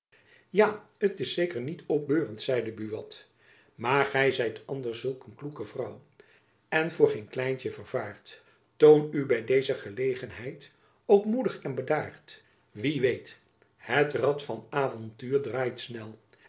ja t is zeker niet opbeurend zeide buat maar gy zijt anders zulk een kloeke vrouw en voor geen klein gerucht vervaard toon u by deze jacob van lennep elizabeth musch gelegenheid ook moedig en bedaard wie weet het rad van avontuur draait snel